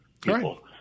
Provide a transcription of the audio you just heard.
people